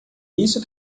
isso